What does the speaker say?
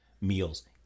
meals